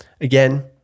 again